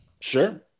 Sure